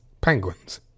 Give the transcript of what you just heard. Penguins